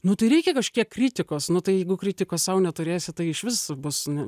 nu tai reikia kažkiek kritikos nu tai jeigu kritikos sau neturėsi tai išvis bus ne